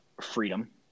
freedom